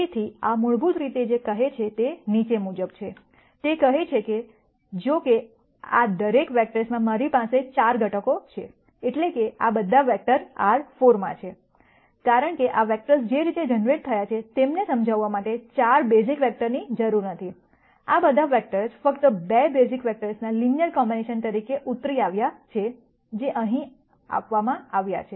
તેથી આ મૂળભૂત રીતે જે કહે છે તે નીચે મુજબ છે તે કહે છે કે જોકે આ દરેક વેક્ટર્સમાં મારી પાસે 4 ઘટકો છે એટલે કે આ બધા વેક્ટર R 4 માં છે કારણ કે આ વેક્ટર્સ જે રીતે જનરેટ થયા છે તેમને સમજાવવા માટે 4 બેઝિક વેક્ટરની જરૂર નથી આ બધા વેક્ટર્સ ફક્ત 2 બેઝિક વેક્ટર્સના લિનયર કોમ્બિનેશન તરીકે ઉતરી આવ્યા છે જે અહીં અને અહીં આપવામાં આવે છે